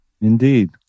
Indeed